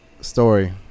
story